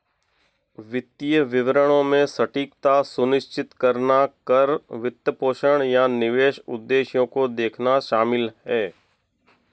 वित्तीय विवरणों में सटीकता सुनिश्चित करना कर, वित्तपोषण, या निवेश उद्देश्यों को देखना शामिल हैं